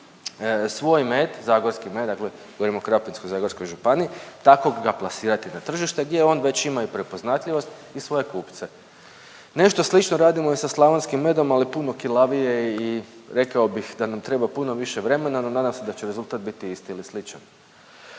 svoj med zagorski med. Dakle govorimo o Krapinsko-zagorskoj županiji, takvog ga plasirati na tržište gdje on već ima i prepoznatljivost i svoje kupce. Nešto slično radimo i sa slavonskim medom ali puno kilavije i rekao bih da nam treba puno više vremena no nadam se da će rezultat biti isti ili sličan.